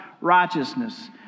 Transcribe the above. righteousness